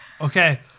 Okay